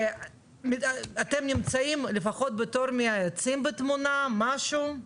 אתם נמצאים לפחות בתור מייעצים בתמונה, משהו?